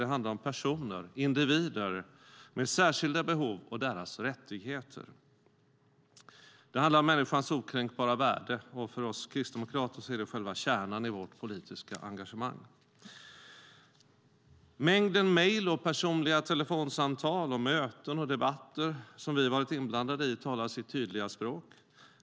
De handlar om personer, om individer med särskilda behov och deras rättigheter. Det handlar om människans okränkbara värde. För oss kristdemokrater är det själva kärnan i vårt politiska engagemang. Mängden mejl, personliga telefonsamtal, möten och debatter som vi varit inblandade i talar sitt tydliga språk.